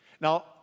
Now